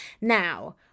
Now